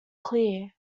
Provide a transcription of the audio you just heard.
clear